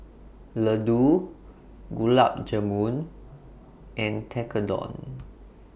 Ladoo Gulab Jamun and Tekkadon